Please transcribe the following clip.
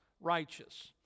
righteous